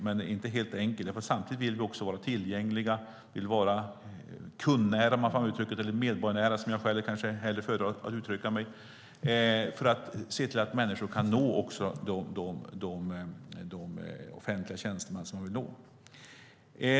Det är dock inte helt enkelt, för samtidigt vill vi vara tillgängliga och medborgarnära så att människor kan nå de offentliga tjänstemän som de vill nå.